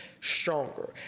stronger